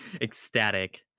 ecstatic